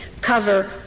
cover